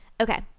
okay